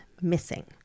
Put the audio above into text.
missing